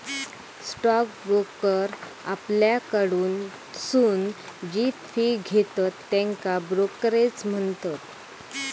stock broker आपल्याकडसून जी fee घेतत त्येका ब्रोकरेज म्हणतत